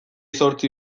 zortzi